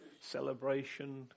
celebration